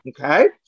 Okay